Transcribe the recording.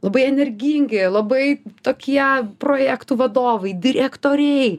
labai energingi labai tokie projektų vadovai direktoriai